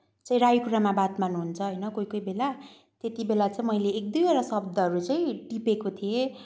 चाहिँ राई कुरामा बात मार्नु हुन्छ होइन कोही कोही बेला त्यति बेला चाहिँ मैले एक दुईवटा शब्दहरू चाहिँ टिपेको थिएँ